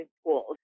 schools